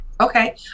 Okay